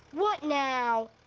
what now?